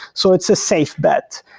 so it's a safe bet.